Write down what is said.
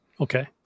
Okay